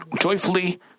joyfully